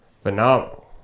phenomenal